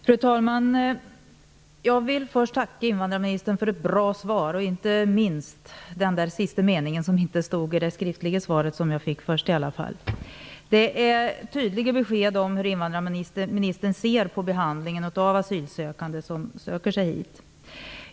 Fru talman! Jag vill först tacka invandrarministern för ett bra svar, inte minst för de sista meningarna, som inte stod i det skriftliga svar jag fick i förväg. Det är tydliga besked om hur invandrarministern ser på behandlingen av asylsökande som söker sig hit.